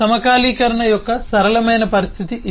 సమకాలీకరణ యొక్క సరళమైన పరిస్థితి ఇది